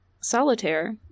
solitaire